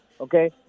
okay